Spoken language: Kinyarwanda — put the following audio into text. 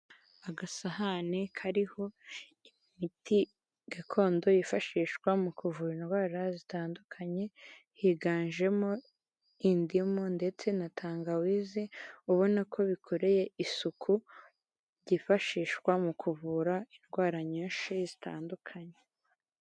Agasahane kariho imiti gakondo yifashishwa mu kuvura indwara zitandukanye, higanjemo indimu ndetse na tangawizi, ubona ko bikoreye isuku byifashishwa mu kuvura indwara nyinshi zitandukanye.